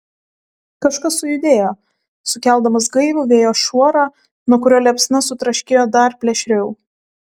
kažkas sujudėjo sukeldamas gaivų vėjo šuorą nuo kurio liepsna sutraškėjo dar plėšriau